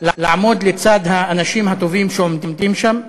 לעמוד לצד האנשים הטובים שעומדים שם,